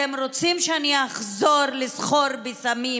אתם רוצים שאני אחזור לסחור בסמים,